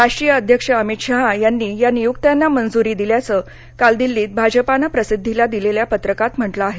राष्ट्रीय अध्यक्ष अमीत शहा यांनी या नियुक्त्यांना मंजूरी दिल्याचं काल दिल्लीत भाजपानं प्रसिद्धीला दिलेल्या पत्रकात म्हटलं आहे